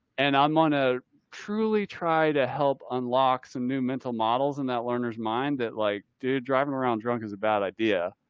and i'm on a truly try to help unlock some new mental models in that learner's mind that like, dude, driving around drunk is a bad idea.